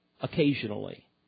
occasionally